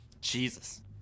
jesus